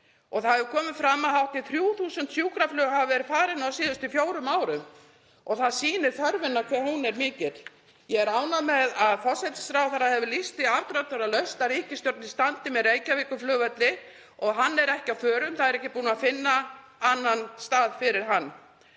Það hefur komið fram að hátt í 3.000 sjúkraflug hafa verið farin á síðustu fjórum árum og það sýnir þörfina, hve hún er mikil. Ég er ánægð með að forsætisráðherra hefur lýst því afdráttarlaust yfir að ríkisstjórnin standi með Reykjavíkurflugvelli og að hann sé ekki á förum. Það er ekki búið að finna annan stað fyrir hann.